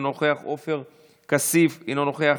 אינו נוכח,